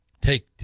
take